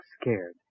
scared